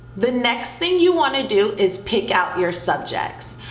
the next thing you wanna do is pick out your subjects.